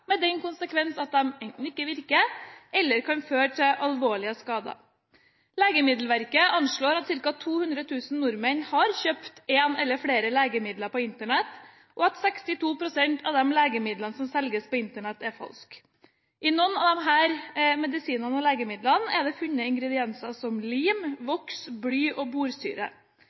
kan føre til alvorlige skader. Legemiddelverket anslår at ca. 200 000 nordmenn har kjøpt ett eller flere legemidler på Internett, og at 62 pst. av de legemidlene som selges på Internett, er falske. I noen av disse medisinene og legemidlene er det funnet ingredienser som lim, voks, bly og